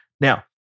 Now